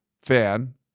fan